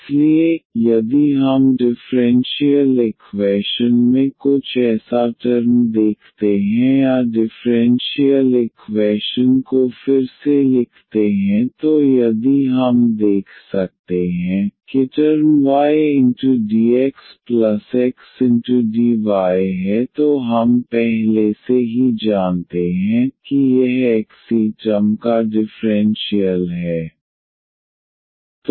इसलिए यदि हम डिफ़्रेंशियल इक्वैशन में कुछ ऐसाटर्म देखते हैं या डिफ़्रेंशियल इक्वैशन को फिर से लिखते हैं तो यदि हम देख सकते हैं किटर्म ydxxdy है तो हम पहले से ही जानते हैं कि यह xyटर्म का डिफ़्रेंशियल है